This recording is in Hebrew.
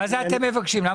למה אתם מבקשים